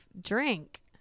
drink